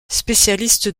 spécialiste